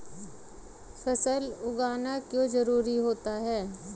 फसल उगाना क्यों जरूरी होता है?